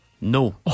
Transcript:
No